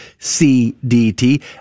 cdt